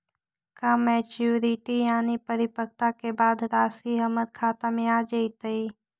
का मैच्यूरिटी यानी परिपक्वता के बाद रासि हमर खाता में आ जइतई?